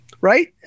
right